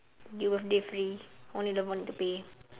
you birthday free only lebron need to pay